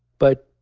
but,